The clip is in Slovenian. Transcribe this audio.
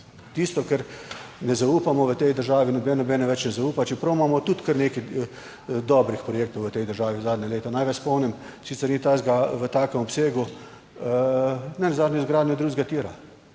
Tisto kar ne zaupamo v tej državi noben, noben več ne zaupa, čeprav imamo tudi kar nekaj dobrih projektov v tej državi zadnja leta. Naj vas spomnim, sicer ni takega, v takem obsegu, nenazadnje izgradnjo drugega tira.